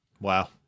Wow